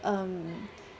um